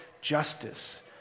justice